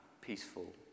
peaceful